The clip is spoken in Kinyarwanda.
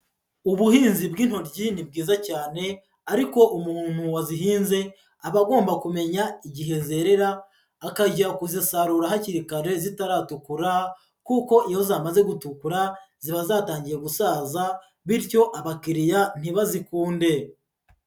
Ubuhinzi bw'intoryi ni bwiza cyane ariko umuntu wazihinze aba agomba kumenya igihe zerera akajya kuzisarura hakiri kare zitaratukura, kuko iyo zamaze gutukura ziba zatangiye gusaza bityo abakiriya ntibazikunde.